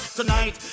tonight